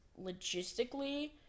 logistically